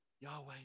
Yahweh